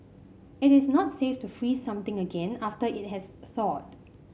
it is not safe to freeze something again after it has thawed